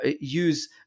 use